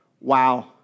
wow